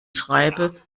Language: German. schreibe